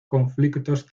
conflictos